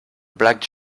black